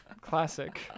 Classic